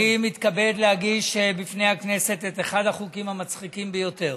אני מתכבד להגיש בפני הכנסת את אחד החוקים המצחיקים ביותר.